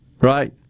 right